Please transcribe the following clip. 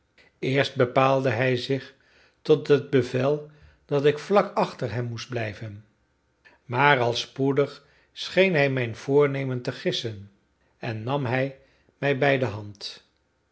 eerst bepaalde hij zich tot het bevel dat ik vlak achter hem moest blijven maar al spoedig scheen hij mijn voornemen te gissen en nam hij mij bij de hand